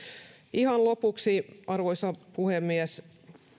ihan lopuksi arvoisa puhemies